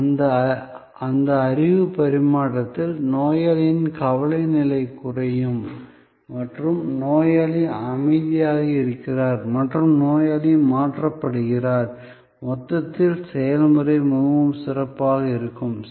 அந்த அறிவு பரிமாற்றத்தில் நோயாளியின் கவலை நிலை குறையும் மற்றும் நோயாளி அமைதியாக இருக்கிறார் மற்றும் நோயாளி மாற்றப்படுகிறார் மொத்தத்தில் செயல்முறை மிகவும் சிறப்பாக செல்லும்